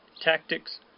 tactics